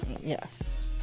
Yes